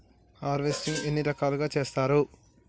Harvesting ఎన్ని రకాలుగా చేస్తరు?